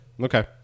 okay